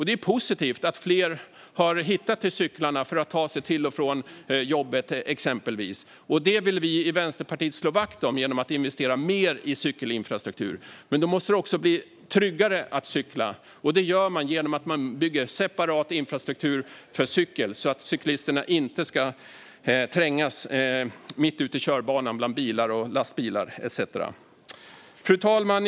Det är positivt att fler har hittat till cyklarna för att ta sig till och från jobbet exempelvis, och detta vill vi i Vänsterpartiet slå vakt om genom att investera mer i cykelinfrastruktur. Men då måste det bli tryggare att cykla, och det blir det genom att man bygger separat infrastruktur för cykel för att cyklisterna inte ska trängas mitt ute i körbanan bland bilar och lastbilar etcetera. Fru talman!